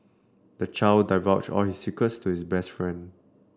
the child divulged all his secrets to his best friend